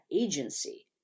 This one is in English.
agency